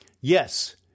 Yes